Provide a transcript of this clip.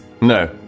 No